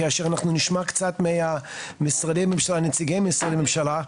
כאשר נשמע קצת מנציגי משרדי ממשלה.